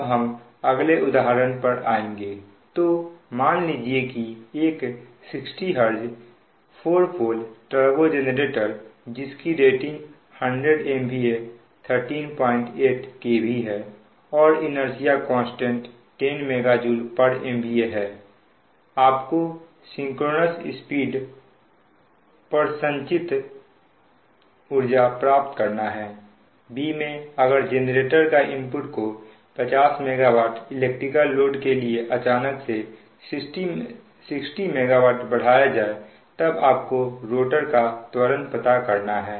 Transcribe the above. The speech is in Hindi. अब हम अगले उदाहरण पर आएंगे तो मान लीजिए कि एक 60 hz 4 पोल टर्बो जेनरेटर जिस की रेटिंग 100 MVA 138 kV है और इनेर्सिया कांस्टेंट 10 MJ MVA है आप को सिंक्रोनस स्पीड पर संचित ऊर्जा प्राप्त करना है अगर जेनरेटर का इनपुट को 50 MW इलेक्ट्रिकल लोड के लिए अचानक से 60 MW बढ़ाया जाए तब आपको रोटर का त्वरण पता करना है